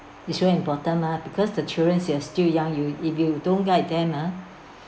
it's very important lah because the childrens they are still young you if you don't guide them ah